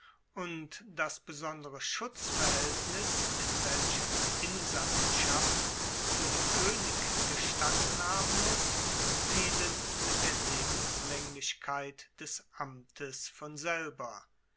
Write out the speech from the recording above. und das besondere schutzverhaeltnis in welchem die insassenschaft zu dem koenig gestanden haben muss fielen mit der lebenslaenglichkeit des amtes von selber